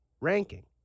ranking